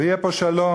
ויהיה פה שלום,